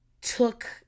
took